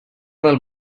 del